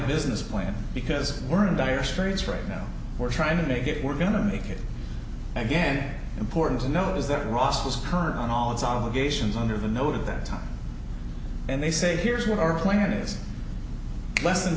business plan because we're in dire straits right now we're trying to get we're going to make it again important to note is that ross was current on all its obligations under the note of that time and they say here's what our plan is less than